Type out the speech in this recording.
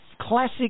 Classic